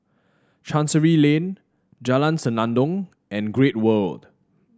Chancery Lane Jalan Senandong and Great World